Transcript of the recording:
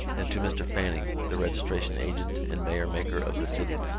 and to mr. fanning, the registration agent and mayor maker of the city,